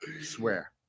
swear